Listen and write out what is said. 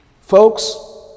Folks